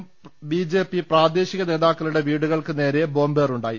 BJP പ്രാദേ ശിക നേതാക്കളുടെ വീടുകൾക്കുനേരെ ബോംബേറുണ്ടായി